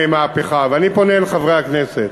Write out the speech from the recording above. מסייע למי שקונה רכב משומש,